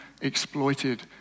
exploited